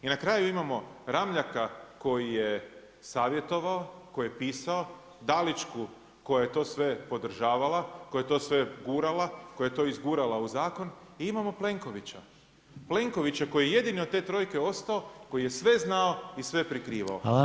I na kraju imamo Ramljaka koji je savjetovao, koji je pisao, Daliću koja je to sve podržavala, koja je to sve gurala, koja je to izgurala u zakon i imamo Plenkovića, Plenkovića koji jedini od te trojke ostao, koji je sve znao i sve prikrivao.